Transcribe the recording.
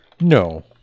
No